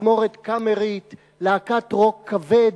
תזמורת קאמרית, להקת רוק כבד,